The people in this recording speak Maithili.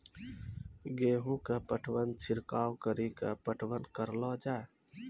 गेहूँ के पटवन छिड़काव कड़ी के पटवन करलो जाय?